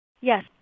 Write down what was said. Yes